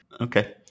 Okay